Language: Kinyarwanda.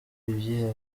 ibyihebe